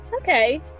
Okay